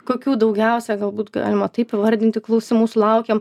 kokių daugiausia galbūt galima taip įvardinti klausimų sulaukiam